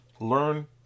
learn